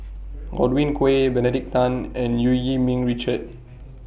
Godwin Koay Benedict Tan and EU Yee Ming Richard